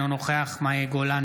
אינו נוכח מאי גולן,